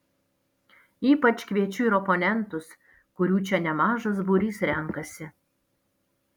ypač kviečiu ir oponentus kurių čia nemažas būrys renkasi